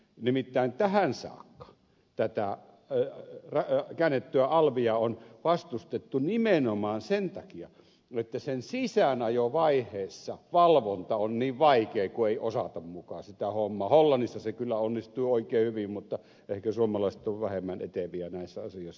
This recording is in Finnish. nimittäin tähän saakka tätä käännettyä alvia on vastustettu nimenomaan sen takia että sen sisäänajovaiheessa valvonta on niin vaikeaa kun ei osata muka sitä hommaa hollannissa se kyllä onnistuu oikein hyvin mutta ehkä suomalaiset ovat vähemmän eteviä näissä asioissa